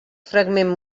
fragment